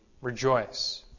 rejoice